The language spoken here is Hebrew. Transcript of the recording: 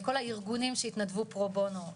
לכל הארגונים שהתנדבו פרו בונו,